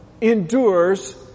endures